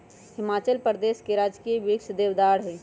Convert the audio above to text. हिमाचल प्रदेश के राजकीय वृक्ष देवदार हई